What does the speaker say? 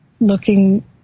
looking